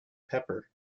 pepper